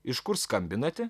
iš kur skambinate